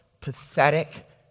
pathetic